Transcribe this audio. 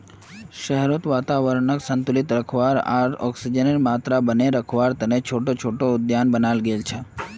शहरत वातावरनक संतुलित आर ऑक्सीजनेर मात्रा बनेए रखवा तने छोटो छोटो उद्यान बनाल गेल छे